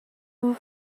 who